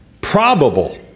probable